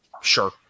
Sure